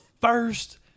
first